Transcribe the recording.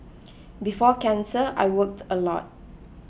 before cancer I worked a lot